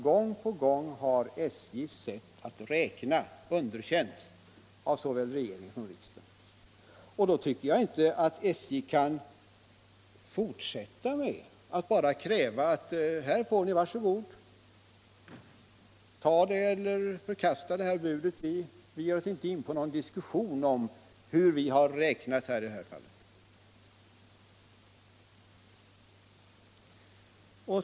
Gång på gång har alltså SJ:s sätt att räkna underkänts av såväl regering som riksdag. Då tycker jag inte att SJ kan fortsätta med att bara kräva | och säga: Här får ni, var så goda, tag det här budet eller förkasta det, vi ger oss inte in på någon diskussion om hur vi har räknat i det här fallet.